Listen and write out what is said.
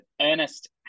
Ernest